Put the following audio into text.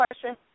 question